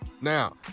Now